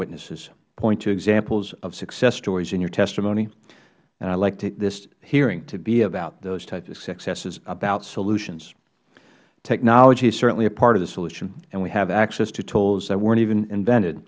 witnesses point to examples of success stories in your testimony i would like this hearing to be about those types of successes about solutions technology is certainly a part of the solution and we have access to tools that weren't even invented